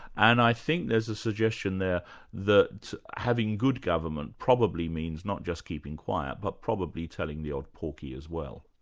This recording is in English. and i think there's a suggestion there that having good government probably means not just keeping quiet, but probably telling the odd porky as well.